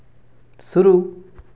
शुरू